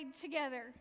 together